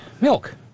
milk